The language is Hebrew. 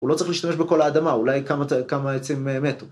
הוא לא צריך להשתמש בכל האדמה, אולי כמה עצים מתו.